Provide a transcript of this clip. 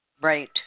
Right